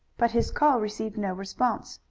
but his call received no response.